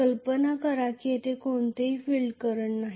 कल्पना करा की येथे कोणतेही फील्ड करंट नाही